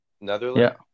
Netherlands